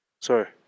Sorry